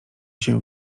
się